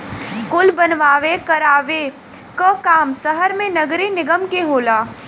कुल बनवावे करावे क काम सहर मे नगरे निगम के होला